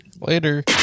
Later